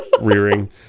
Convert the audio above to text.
rearing